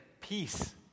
peace